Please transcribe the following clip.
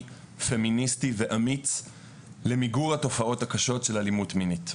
פמיניסטי ואמיץ למיגור התופעות הקשות של אלימות מינית.